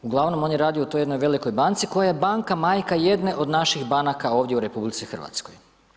Uglavnom on je radio u toj jednoj velikoj banci koja je banka majka jedne od naših banaka ovdje u Republici Hrvatskoj.